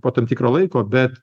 po tam tikro laiko bet